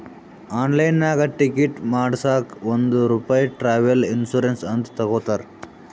ಆನ್ಲೈನ್ನಾಗ್ ಟಿಕೆಟ್ ಮಾಡಸಾಗ್ ಒಂದ್ ರೂಪೆ ಟ್ರಾವೆಲ್ ಇನ್ಸೂರೆನ್ಸ್ ಅಂತ್ ತಗೊತಾರ್